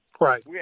Right